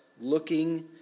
looking